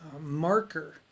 Marker